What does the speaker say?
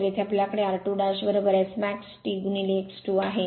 तर येथे आपल्याकडे r2S max T x 2 आहे